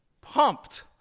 pumped